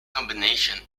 combination